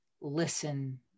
listen